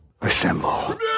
Assemble